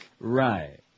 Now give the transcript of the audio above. Right